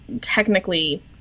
technically